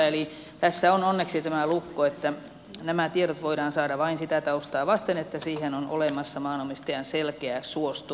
eli tässä on onneksi tämä lukko että nämä tiedot voidaan saada vain sitä taustaa vasten että siihen on olemassa maanomistajan selkeä suostumus